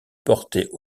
porter